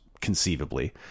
conceivably